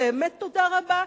באמת תודה רבה.